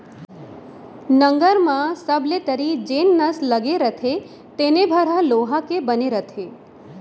नंगर म सबले तरी जेन नस लगे रथे तेने भर ह लोहा के बने रथे